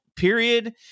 Period